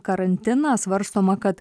karantiną svarstoma kad